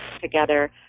together